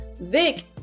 Vic